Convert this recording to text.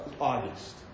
August